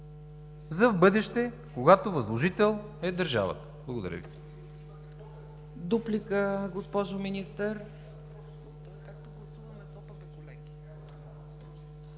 за вбъдеще, когато възложител е държавата? Благодаря.